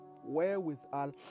Wherewithal